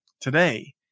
today